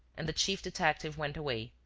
and the chief detective went away,